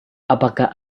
apakah